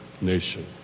nation